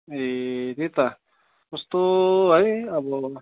ए त्यही त कस्तो है अब